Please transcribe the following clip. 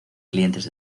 clientes